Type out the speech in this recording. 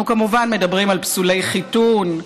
אנחנו כמובן מדברים על פסולי חיתון,